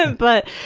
and but,